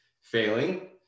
failing